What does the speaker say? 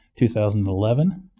2011